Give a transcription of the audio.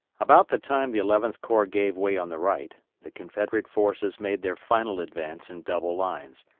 about the time the eleventh corps gave way on the right, the confederate forces made their final advance in double lines,